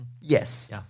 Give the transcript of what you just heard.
Yes